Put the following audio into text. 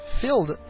filled